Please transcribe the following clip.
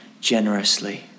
generously